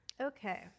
Okay